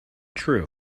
true